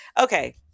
Okay